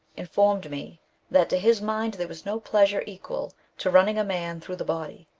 informed me that to his mind there was no pleasure equal to running a man through the body,